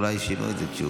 אולי שינו את זה.